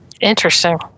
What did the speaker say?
Interesting